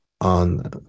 on